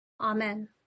Amen